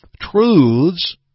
truths